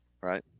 Right